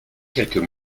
quelques